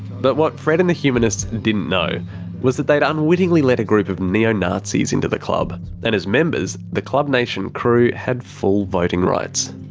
but what fred and the humanists didn't know was that they'd unwittingly let a group of neo-nazis into the club. and as members the klub nation crew had full voting rights.